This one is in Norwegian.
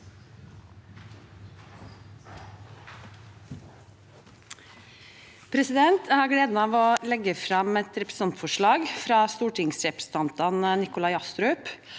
Jeg har gle- den av å legge frem et representantforslag fra stortingsrepresentantene Nikolai Astrup,